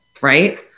Right